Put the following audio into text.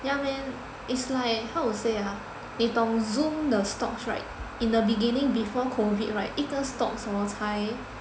ya man it's like how to say ah 你懂 Zoom 的 stocks right in the beginning before COVID right 一个 stock 什么才